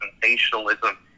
sensationalism